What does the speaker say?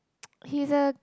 he's a